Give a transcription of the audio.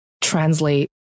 translate